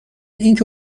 اینکه